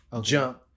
jump